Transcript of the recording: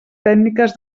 tècniques